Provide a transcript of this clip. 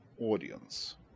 audience